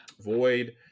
void